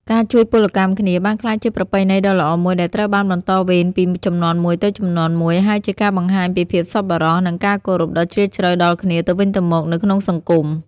ការជួយពលកម្មគ្នាបានក្លាយជាប្រពៃណីដ៏ល្អមួយដែលត្រូវបានបន្តវេនពីជំនាន់មួយទៅជំនាន់មួយ ហើយជាការបង្ហាញពីភាពសប្បុរសនិងការគោរពដ៏ជ្រាលជ្រៅដល់គ្នាទៅវិញទៅមកនៅក្នុងសង្គម។